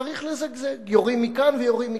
צריך לזגזג, יורים מכאן ויורים מכאן.